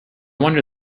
wonder